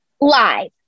Live